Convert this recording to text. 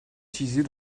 utilisés